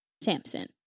Samson